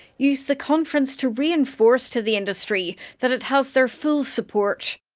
used the conference to reinforce to the industry that it has their full support.